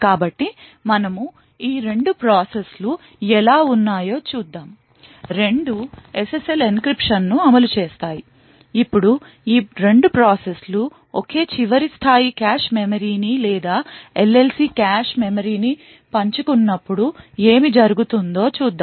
కాబట్టి మనము ఈ 2 ప్రాసెస్లు ఎలా ఉన్నాయో చూద్దాం రెండూ SSL encryptionను అమలు చేస్తాయి ఇప్పుడు ఈ 2 ప్రాసెస్లు ఒకే చివరి స్థాయి కాష్ మెమరీని లేదా LLC కాష్ మెమరీని పంచుకున్నప్పుడు ఏమి జరుగుతుందో చూద్దాం